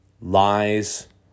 Lies